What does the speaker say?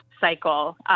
cycle